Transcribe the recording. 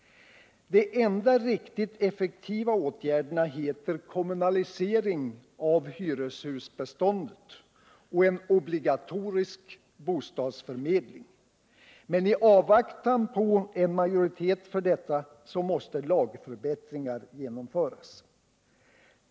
De enda riktigt effektiva åtgärderna heter kommunalisering av hyreshusbeståndet och en obligatorisk bostadsförmedling, men i avvaktan på en majoritetet för detta måste lagförbättringar genomföras.